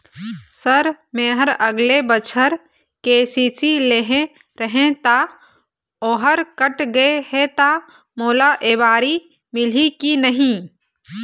Sir मेहर अगले बछर के.सी.सी लेहे रहें ता ओहर कट गे हे ता मोला एबारी मिलही की नहीं?